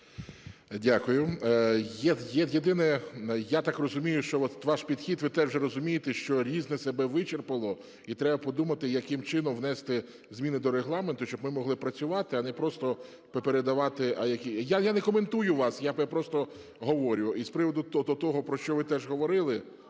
Єдине, я так розумію, що ваш підхід, ви теж розумієте, що "Різне" себе вичерпало, і треба подумати, яким чином внести зміни до Регламенту, щоб ми могли працювати, а не просто передавати, а які… Я не коментую вас, я просто говорю і з приводу того, про що ви теж говорили.